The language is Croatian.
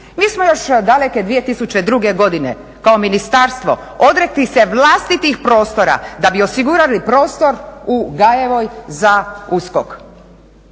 Mi smo još daleke 2002. godine kao ministarstvo odrekli se vlastitih prostora da bi osigurali prostor u Gajevoj za USKOK.